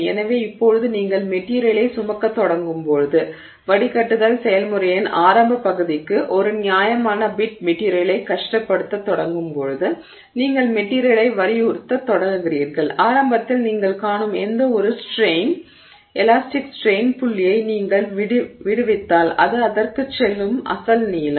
எனவே இப்போது நீங்கள் மெட்டிரியலை சுமக்கத் தொடங்கும் போது வடிகட்டுதல் செயல்முறையின் ஆரம்ப பகுதிக்கு ஒரு நியாயமான பிட் மெட்டிரியலை கஷ்டப்படுத்தத் தொடங்கும் போது நீங்கள் மெட்டிரியலை வலியுறுத்தத் தொடங்குகிறீர்கள் ஆரம்பத்தில் நீங்கள் காணும் எந்தவொரு ஸ்ட்ரெய்ன் எலாஸ்டிக் ஸ்ட்ரெய்ன் புள்ளியை நீங்கள் விடுவித்தால் அது அதற்குச் செல்லும் அசல் நீளம்